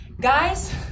Guys